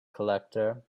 collector